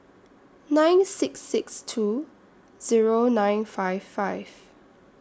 nine six six two Zero nine five five